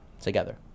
together